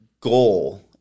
goal